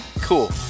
cool